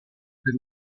per